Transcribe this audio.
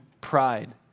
pride